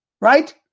Right